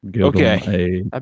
Okay